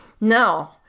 no